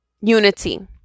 Unity